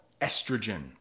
estrogen